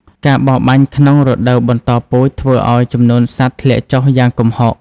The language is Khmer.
ការបរបាញ់ក្នុងរដូវបន្តពូជធ្វើឱ្យចំនួនសត្វធ្លាក់ចុះយ៉ាងគំហុក។